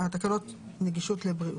התשע"ד-2014.